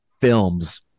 films